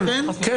כן.